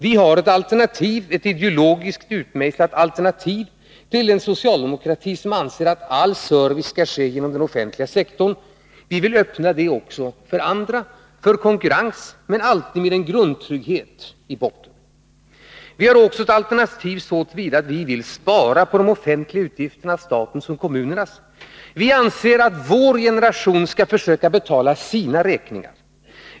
Vi har, herr talman, ett ideologiskt utmejslat alternativ till den socialdemokrati som anser att all service skall ske genom den offentliga sektorn. Vi vill öppna detta fält också för andra, så att det blir konkurrens. Det skall dock alltid finnas en grundtrygghet i botten. Vi har också ett alternativ så till vida att vi vill spara på de offentliga utgifterna, statens och kommunernas utgifter. Vi anser att vår generation skall försöka betala sina räkningar.